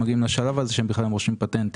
מגיעים לשלב הזה שהם בכלל הם רושמים פטנטים.